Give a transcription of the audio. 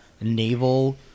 naval